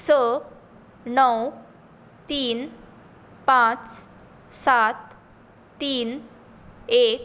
स णव तीन पाच सात तीन एक